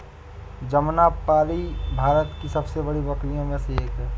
जमनापारी भारत की सबसे बड़ी बकरियों में से एक है